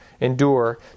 Endure